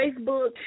Facebook